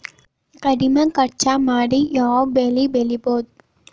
ಕಡಮಿ ಖರ್ಚ ಮಾಡಿ ಯಾವ್ ಬೆಳಿ ಬೆಳಿಬೋದ್?